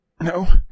No